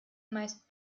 meist